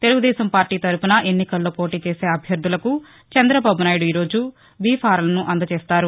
Telugu Desam party తరపున ఎన్నికల్లో పోటీ చేసే అభ్యర్థులకు చంద్రబాబు నాయుడు ఈరోజు బీ ఫారాలు అందజేస్తున్నారు